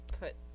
put